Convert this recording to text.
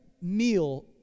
meal